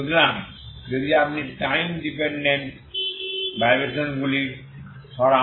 সুতরাং যদি আপনি টাইম ডিপেন্ডেন্স ভাইব্রেশন গুলি সরান